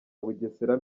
bugesera